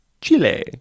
Chile